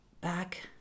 back